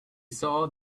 saw